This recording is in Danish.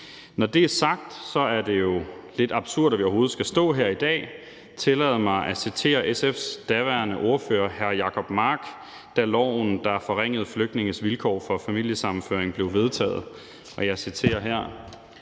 Når det er sagt, er det jo lidt absurd, at vi overhovedet skal stå her i dag. Tillad mig at citere SF's daværende ordfører, hr. Jacob Mark, da loven, der forringede flygtninges vilkår for familiesammenføring, blev vedtaget: Institut for